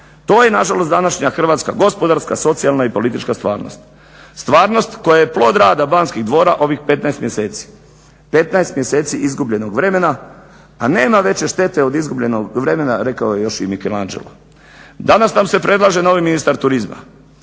To je nažalost današnja hrvatska gospodarska, socijalna i politička stvarnost, stvarnost koja je plod rada Banskih dvora ovih 15 mjeseci. 15 mjeseci izgubljenog vremena, "A nema veće štete od izgubljenog vremena." rekao je još i Michelangelo. Danas nam se predlaže novi ministar turizma,